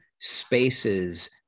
spaces